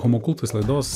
homo kultus laidos